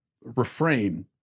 refrain